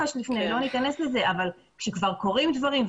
מח"ש ולא ניכנס לזה וכבר קורים דברים,